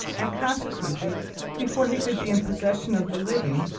and consequently before he could be in possession of the living,